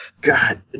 God